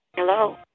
Hello